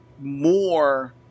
more